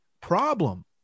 problem